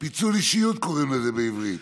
היה שם משהו אחד מאוד מעניין.